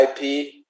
IP